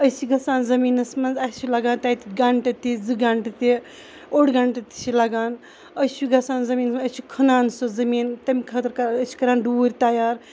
أسۍ چھِ گَژھان زٔمیٖنَس مَنٛز اَسہِ چھ لَگان تَتہِ گَنٹہٕ تہِ زٕ گَنٹہٕ تہِ اوٚڑ گَنٹہٕ تہِ چھ لَگان أسۍ چھِ گَژھان زٔمیٖنَس مَنٛز أسۍ چھِ کھنَان سُہ زمیٖن تمہِ خٲطرٕ کَران أسۍ أسۍ چھِ ڈوٗرۍ کَران تَیار